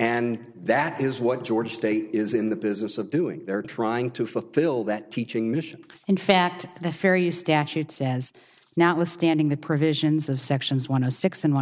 and that is what georgia state is in the business of doing they're trying to fulfill that teaching mission in fact the ferry statute says notwithstanding the provisions of sections one a six and one